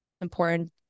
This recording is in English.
important